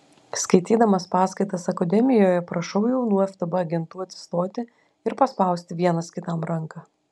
skaitydamas paskaitas akademijoje prašau jaunų ftb agentų atsistoti ir paspausti vienas kitam ranką